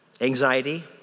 anxiety